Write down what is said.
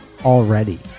already